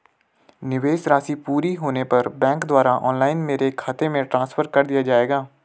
निवेश राशि पूरी होने पर बैंक द्वारा ऑनलाइन मेरे खाते में ट्रांसफर कर दिया जाएगा?